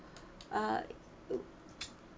uh